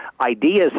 ideas